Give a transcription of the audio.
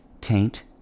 taint